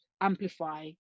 amplify